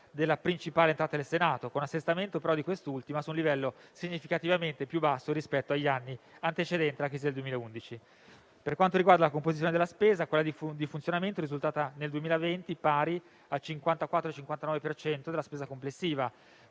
grazie a tutti